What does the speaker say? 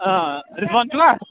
ٲ رِفَت چھُوا